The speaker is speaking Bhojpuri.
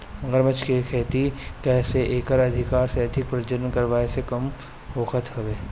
मगरमच्छ के खेती से एकर अधिका से अधिक प्रजनन करवाए के भी काम होखत हवे